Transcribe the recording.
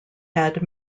had